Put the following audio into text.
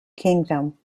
kingdom